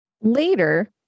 Later